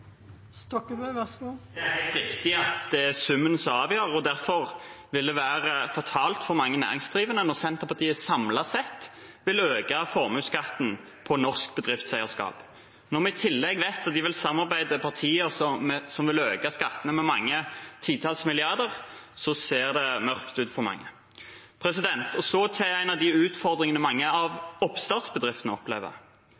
mange næringsdrivende når Senterpartiet samlet sett vil øke formuesskatten på norsk bedriftseierskap. Når vi i tillegg vet at de vil samarbeide med partier som vil øke skattene med titalls milliarder kroner, ser det mørkt ut for mange. Så til en av de utfordringene mange